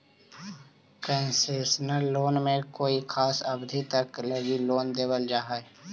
concessional loan में कोई खास अवधि तक लगी लोन देल जा हइ